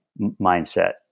mindset